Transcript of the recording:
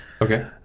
okay